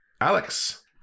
Alex